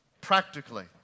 practically